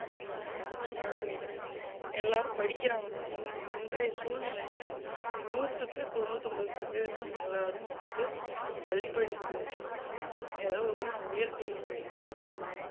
அப்படிதான் நான் நினைக்கிறேன் எல்லாரும் படிக்கிறாங்க இன் இன்றைய சூழ்நிலையில நூற்றுக்கு தொண்ணுத்தொம்பது சதவீதம் எல்லாரும் வந்து பள்ளி படிப்பை முடிச்சோன்னயே ஏதோ உடனே உயர்கல்வி படிப்புக்கு போகிறாங்க